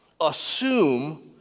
assume